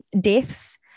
deaths